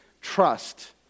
trust